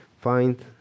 find